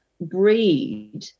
breed